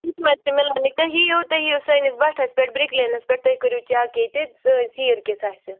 تُہۍ یِیُو تُہۍ ییُو سٲنِس بٹھَس پٮ۪ٹھ برٛکلینَس پٮ۪ٹھ تُہۍ کٔرِو چیٚک ییٚتہِ سٲنۍ سیٖر کژھ آسہِ